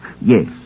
Yes